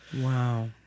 Wow